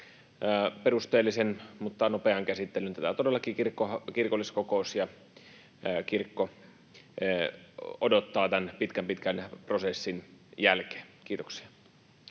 perusteellisen mutta nopean käsittelyn. Tätä todellakin kirkolliskokous ja kirkko odottavat tämän pitkän, pitkän prosessin jälkeen. — Kiitoksia.